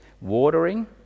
watering